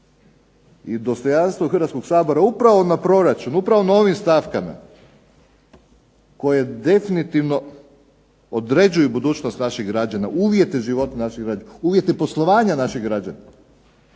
i dostojanstvo Hrvatskoga sabora upravo na proračunu, upravo na ovim stavkama koje određuju budućnost naših građana, uvjete života naših građana, uvjete poslovanja naših građana.